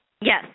Yes